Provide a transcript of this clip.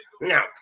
Now